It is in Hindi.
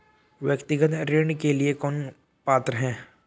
व्यक्तिगत ऋण के लिए कौन पात्र है?